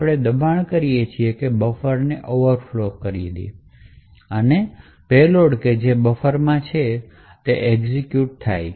આપણે દબાણ કરીએ છીએ બફરને ઓવરફ્લો કરવા અને પેલોડ જે બફરમાં એઝિક્યૂટexecute હાજર છે